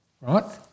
right